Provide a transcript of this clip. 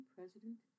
President